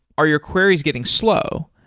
are your queries getting slow?